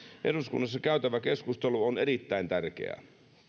eduskunnassa käytävä keskustelu on erittäin tärkeää